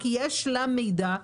כי יש לו מידע,